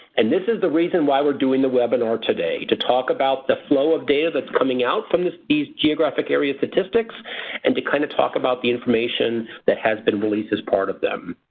and this is the reason why we're doing the webinar today to talk about the flow of data that's coming out from these geographic area statistics and to kind of talk about the information that has been released as part of them.